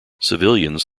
civilians